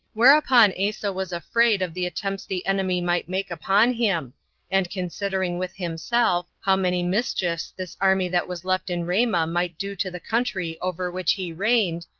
whereupon asa was afraid of the attempts the enemy might make upon him and considering with himself how many mischiefs this army that was left in ramah might do to the country over which he reigned,